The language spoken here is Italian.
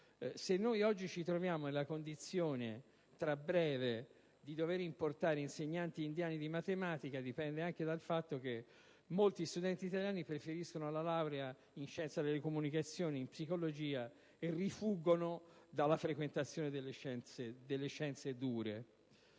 Se ci troveremo nella condizione, tra breve, di importare insegnanti di matematica indiani, ciò dipende anche dal fatto che molti studenti italiani preferiscono la laurea in scienza delle comunicazioni e in psicologia e rifuggono dalla frequentazione delle scienze "dure".